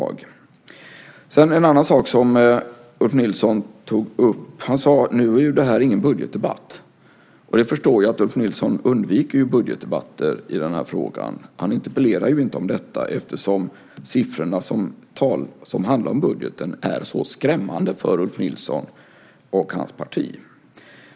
Låt mig kommentera en annan sak som Ulf Nilsson tog upp. Han sade att detta inte är någon budgetdebatt. Jag förstår att Ulf Nilsson undviker budgetdebatter i den här frågan. Han interpellerar inte om det eftersom budgetsiffrorna är så skrämmande för Ulf Nilsson och hans parti.